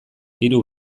hiru